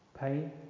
Pain